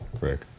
Rick